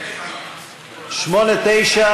חברי הכנסת,